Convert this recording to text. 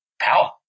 power